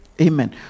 Amen